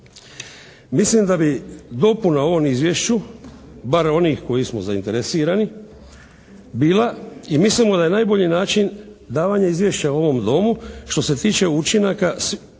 Mislim da bi dopuna ovom izvješću bar onih koji smo zainteresirani bila i mislimo da je najbolji način davanje izvješća ovom Domu što se tiče učinaka